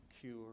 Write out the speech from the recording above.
cure